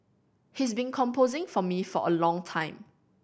he's been composing for me for a long time